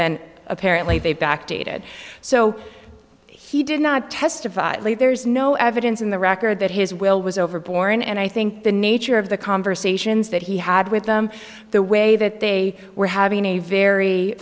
then apparently they backdated so he did not testify there is no evidence in the record that his will was over born and i think the nature of the conversations that he had with them the way that they were having a very